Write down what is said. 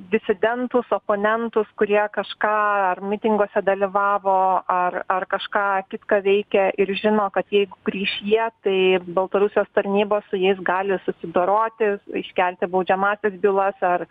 disidentus oponentus kurie kažką ar mitinguose dalyvavo ar ar kažką kitką veikia ir žino kad jeigu grįš jie tai baltarusijos tarnybos su jais gali susidoroti iškelti baudžiamąsias bylas ar